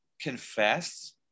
confess